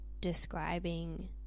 describing